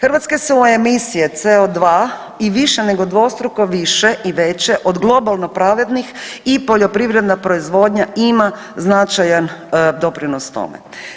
Hrvatske su emisije CO2 i više nego dvostruko više i veće od globalno pravednih i poljoprivredna proizvodnja ima značajan doprinos tome.